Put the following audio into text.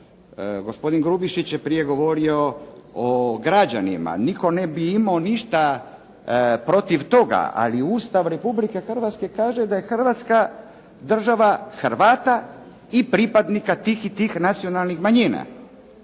gospodin Grubišić je prije govorio o građanima, nitko ne bi imao ništa protiv toga ali Ustav Republike Hrvatske kaže da je Hrvatska država Hrvata i pripadnika tih i tih nacionalnih manjina.